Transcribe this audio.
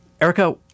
Erica